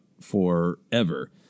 forever